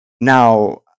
Now